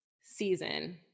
season